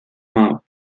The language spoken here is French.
main